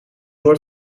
door